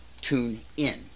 TuneIn